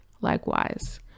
likewise